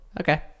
okay